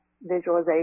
visualization